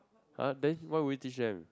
!huh! then what would you teach them